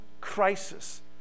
crisis